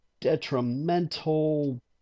detrimental